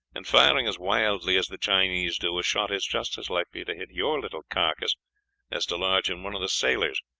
and firing as wildly as the chinese do, a shot is just as likely to hit your little carcass as to lodge in one of the sailors.